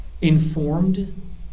Informed